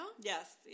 Yes